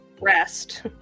rest